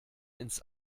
ins